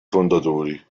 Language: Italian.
fondatori